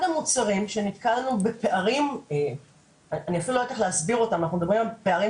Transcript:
אני אתחיל בהקראת שיר עברי "חזקה מהרוח",